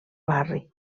barri